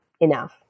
enough